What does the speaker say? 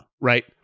right